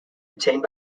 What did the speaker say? obtained